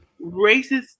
Racist